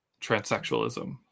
transsexualism